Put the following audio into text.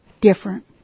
different